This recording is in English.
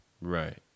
Right